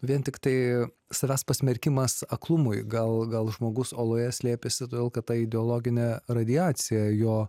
vien tiktai savęs pasmerkimas aklumui gal gal žmogus oloje slėpėsi todėl kad ta ideologinė radiacija jo